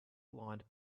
aligned